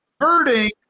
Hurting